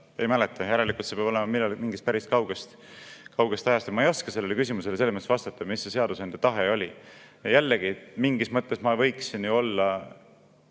Ei mäleta. Järelikult see peab olema mingist päris kaugest ajast. Ma ei oska sellele küsimusele selles mõttes vastata, mis see seadusandja tahe oli. Jällegi, mingis mõttes ma võiksin ju olla